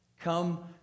Come